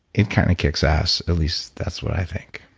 it kind of kicks ass. at least that's what i think